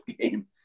game